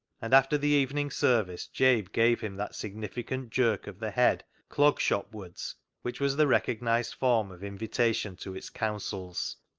and after the evening service jabe gave him that significant jerk of the head clog shop wards which was the recognised form of invita tion to its councils.